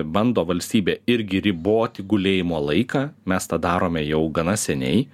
bando valstybė irgi riboti gulėjimo laiką mes tą darome jau gana seniai